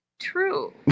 true